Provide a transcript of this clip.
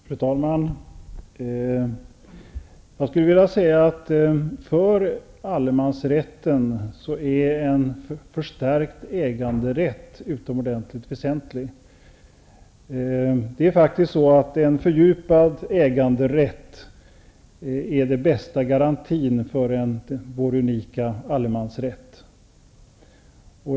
Fru talman! Jag skulle vilja säga att för allemansrätten är en förstärkt äganderätt utomordentligt väsentlig. En fördjupad äganderätt är faktiskt den bästa garantin för vår unika allemansrätt.